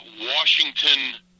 Washington